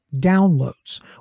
downloads